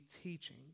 teaching